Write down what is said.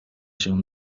się